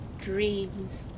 dreams